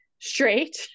straight